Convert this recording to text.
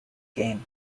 gain